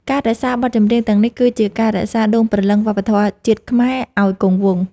ការរក្សាបទចម្រៀងទាំងនេះ គឺជាការរក្សាដួងព្រលឹងវប្បធម៌ជាតិខ្មែរឱ្យគង់វង្ស។